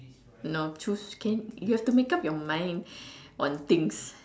no choose can you have to make up your mind on things